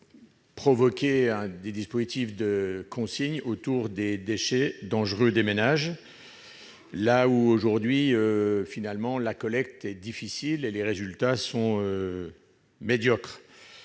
créant des dispositifs de consigne autour des déchets dangereux des ménages. Aujourd'hui, cette collecte est difficile et les résultats sont médiocres.